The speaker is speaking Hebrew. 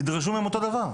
ידרשו מהם אותו דבר.